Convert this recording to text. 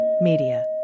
Media